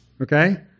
okay